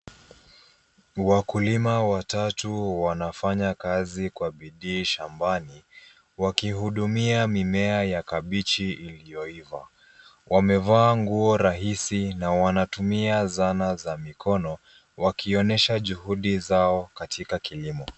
Wakulima watatu wanafanya kazi kwa bidii shambani, wakihudumia mimea ya kabichi iliyoiva. Wamevaa nguo rahisi na wanatumia zana za mikono, wakionyesha juhudi zao katika kilimo.